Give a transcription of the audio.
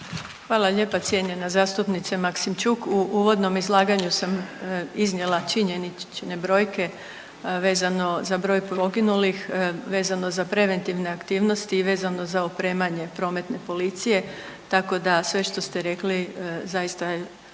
Hvala lijepa cijena zastupnice Maksimčuk, u uvodnom izlaganju sam iznijela činjenične brojke vezano za broj poginulih, vezano za preventivne aktivnosti i vezano za opremanje prometne policije, tako da sve što ste rekli zaista smo